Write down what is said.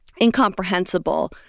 incomprehensible